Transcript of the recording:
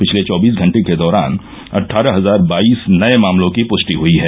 पिछले चौबीस घंटे के दौरान अट्ठारह हजार बाईस नये मामलों की पुष्टि हुई है